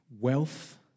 wealth